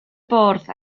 bwrdd